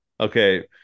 okay